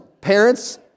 parents